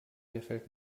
gefällt